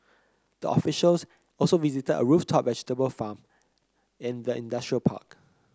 the officials also visited a rooftop vegetable farm in the industrial park